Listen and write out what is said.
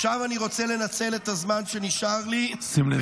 --- עכשיו אני רוצה לנצל את הזמן שנשאר לי -- שים לב,